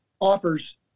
offers